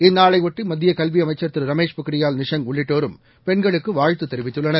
இந்நாளையொட்டி மத்திய கல்வி அமைச்சர் திரு ரமேஷ் பொக்ரியால் நிஷாங் உள்ளிட்டோரும் பெண்களுக்கு வாழ்த்து தெரிவித்துள்ளனர்